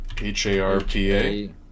h-a-r-p-a